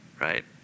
right